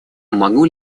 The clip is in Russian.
могу